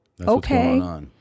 okay